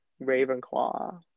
Ravenclaw